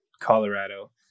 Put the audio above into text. Colorado